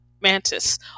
mantis